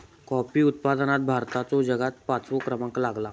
coffee उत्पादनात भारताचो जगात पाचवो क्रमांक लागता